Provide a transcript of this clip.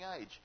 age